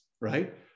Right